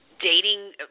dating